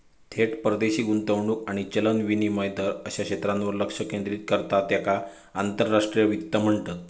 थेट परदेशी गुंतवणूक आणि चलन विनिमय दर अश्या क्षेत्रांवर लक्ष केंद्रित करता त्येका आंतरराष्ट्रीय वित्त म्हणतत